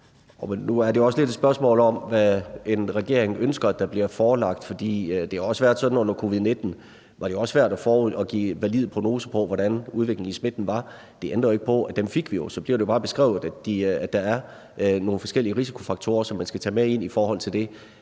også lidt et spørgsmål om, hvad en regering ønsker at der bliver forelagt. For det har også været sådan under covid-19, at det var svært at give valide prognoser for, hvordan udviklingen i smitten var. Det ændrede ikke på, at dem fik vi jo; så blev det bare beskrevet, at der var nogle forskellige risikofaktorer, som man skulle tage med ind i forhold til det.